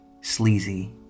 sleazy